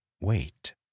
wait